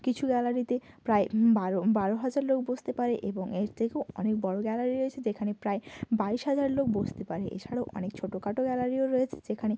কিছু গ্যালারিতে প্রায় বারো বারো হাজার লোক বসতে পারে এবং এর থেকেও অনেক বড়ো গ্যালারি রয়েছে যেখানে প্রায় বাইশ হাজার লোক বসতে পারে এছাড়াও অনেক ছোট খাটো গ্যালারিও রয়েছে যেখানে